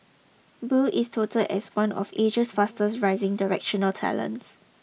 Boo is touted as one of Asia's fastest rising directorial talents